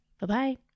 Bye-bye